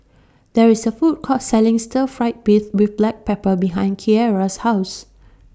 There IS A Food Court Selling Stir Fried Beef with Black Pepper behind Keara's House